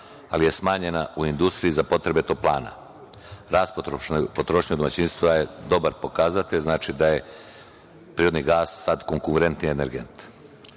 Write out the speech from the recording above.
ali je smanjena u industriji za potrebe toplana. Rast potrošnje domaćinstava je dobar pokazatelj, znači da je prirodni gas sad konkurentniji energent. Od